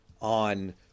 on